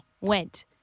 went